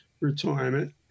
retirement